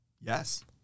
yes